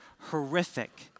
horrific